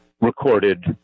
recorded